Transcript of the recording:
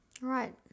Right